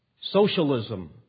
socialism